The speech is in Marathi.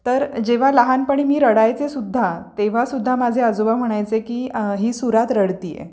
तर जेव्हा लहानपणी मी रडायचे सुद्धा तेव्हा सुद्धा माझे आजोबा म्हणायचे की ही सुरात रडत आहे